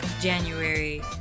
January